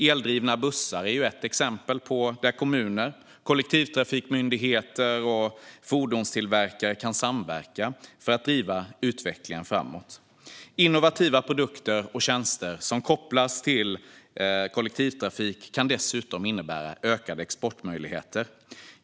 Eldrivna bussar är ett exempel där kommuner, kollektivtrafikmyndigheter och fordonstillverkare kan samverka för att driva utvecklingen framåt. Innovativa produkter och tjänster kopplade till kollektivtrafik kan dessutom innebära ökade exportmöjligheter.